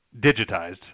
digitized